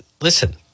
listen